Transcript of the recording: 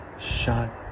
SHUT